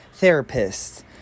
therapists